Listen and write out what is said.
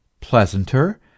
Pleasanter